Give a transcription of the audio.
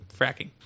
fracking